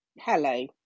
Hello